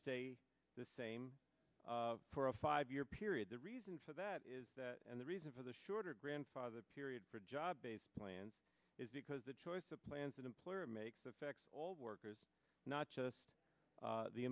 stay the same for a five year period the reason for that is that and the reason for the shorter grandfather period for job based plans is because the choice of plans an employer makes affects all workers not just